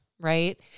right